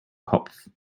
kopf